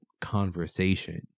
conversation